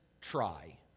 try